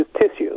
tissues